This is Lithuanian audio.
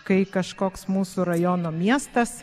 kai kažkoks mūsų rajono miestas